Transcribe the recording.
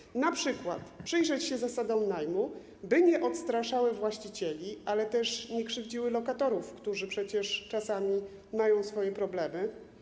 Można też np. przyjrzeć się zasadom najmu, by nie odstraszały właścicieli, ale też nie krzywdziły lokatorów, którzy przecież czasami mają swoje problemy.